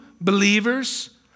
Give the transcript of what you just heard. believers